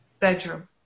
bedroom